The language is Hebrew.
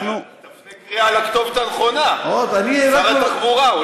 תפנה קריאה לכתובת הנכונה, שר התחבורה.